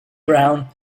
brown